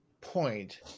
point